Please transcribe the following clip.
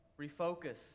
refocus